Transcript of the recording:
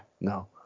no